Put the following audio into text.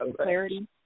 Clarity